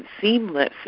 seamless